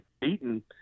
beaten